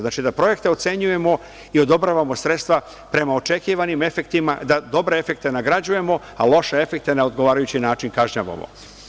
Znači da projekte ocenjujemo i odobravamo sredstva prema očekivanim efektima, da dobre efekte nagrđujemo, a loše efekte na odgovarajući način kažnjavamo.